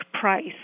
price